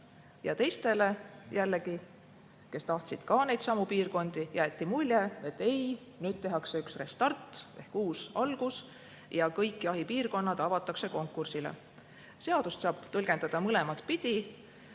Ja teistele jällegi, kes tahtsid ka neidsamu piirkondi, jäeti mulje, et ei, nüüd tehakse üks restart ehk uus algus ja kõik jahipiirkonnad avatakse konkursile. Seadust saab tõlgendada mõlemat pidi.